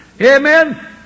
Amen